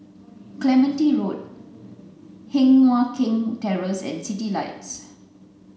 Clementi Road Heng Mui Keng Terrace and Citylights